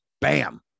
Bam